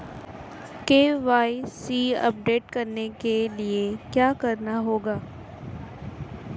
KYC update करने के लिए क्या करना होगा?